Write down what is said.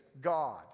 God